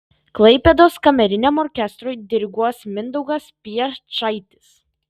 klaipėdos kameriniam orkestrui diriguos mindaugas piečaitis